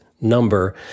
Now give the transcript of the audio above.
number